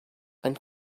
and